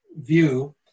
view